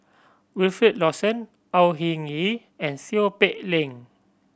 Wilfed Lawson Au Hing Yee and Seow Peck Leng